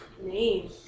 name